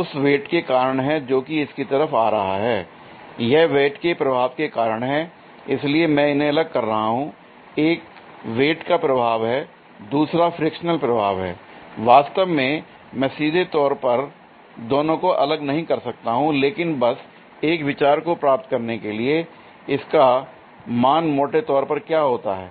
उस वेट के कारण हैं जोकि इसकी तरफ आ रहा है l यह वेट के प्रभाव के कारण हैं l इसलिए मैं इन्हें अलग कर रहा हूं एक वेट का प्रभाव है दूसरा फ्रिक्शनल प्रभाव है l वास्तव में मैं सीधे तौर पर दोनों को अलग नहीं कर सकता हूं लेकिन बस एक विचार को प्राप्त करने के लिएl इसका मान मोटे तौर पर क्या होता है